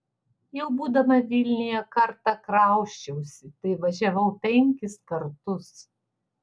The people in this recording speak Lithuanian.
jau būdama vilniuje kartą krausčiausi tai važiavau penkis kartus